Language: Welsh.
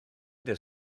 dydd